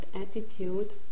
attitude